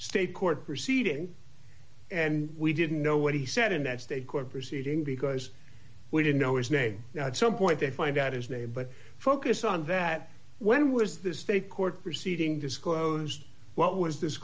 state court proceeding and we didn't know what he said in that state court proceeding because we didn't know his name and so going to find out his name but focus on that when was the state court proceeding disclosed what was this